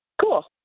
Cool